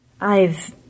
I've